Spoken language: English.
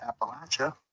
Appalachia